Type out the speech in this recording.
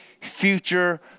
future